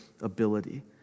ability